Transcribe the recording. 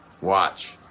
Watch